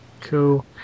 Cool